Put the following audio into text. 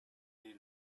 est